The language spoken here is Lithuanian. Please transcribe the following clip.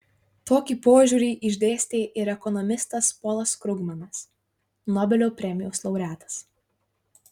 tokį požiūrį išdėstė ir ekonomistas polas krugmanas nobelio premijos laureatas